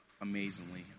amazingly